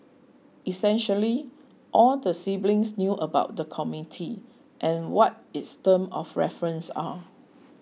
essentially all the siblings knew about the committee and what its terms of reference are